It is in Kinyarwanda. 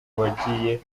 wagiye